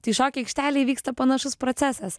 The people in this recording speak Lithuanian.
tai šokių aikštelėj vyksta panašus procesas